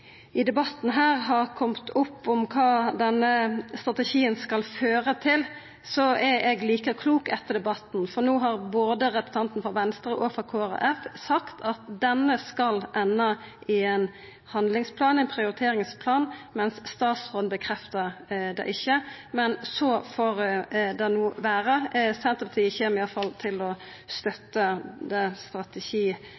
i debatten her har kome opp kva denne strategien skal føra til, er eg like klok etter debatten. No har både representanten frå Venstre og representanten frå Kristeleg Folkeparti sagt at denne skal enda i ein handlingsplan, ein prioriteringsplan, men statsråden bekreftar det ikkje. Men så får det no vera. Senterpartiet kjem i alle fall til å